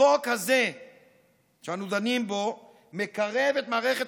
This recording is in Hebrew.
החוק הזה שאנו דנים בו מקרב את מערכת